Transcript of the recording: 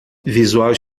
visual